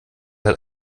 hat